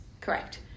correct